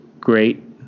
great